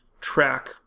track